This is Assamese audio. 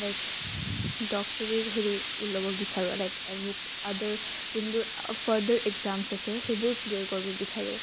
লাইক ডক্টৰীৰ হেৰি ল'ব বিচাৰোঁ লাইক আডাৰ যোনবোৰ ফাৰ্ডাৰ একজামচ্ আছে সেইবোৰ ক্লিয়াৰ কৰিব বিচাৰোঁ